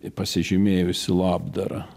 ir pasižymėjusi labdara